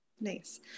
Nice